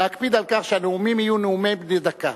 להקפיד על כך שהנאומים יהיו נאומים בני דקה.